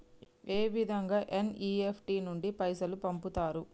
ఏ విధంగా ఎన్.ఇ.ఎఫ్.టి నుండి పైసలు పంపుతరు?